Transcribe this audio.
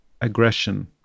aggression